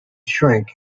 shrink